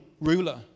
ruler